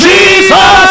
Jesus